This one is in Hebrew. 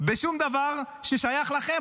בשום דבר ששייך לכם.